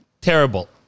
Terrible